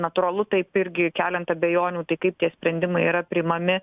natūralu taip irgi keliant abejonių tai kaip tie sprendimai yra priimami